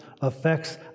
affects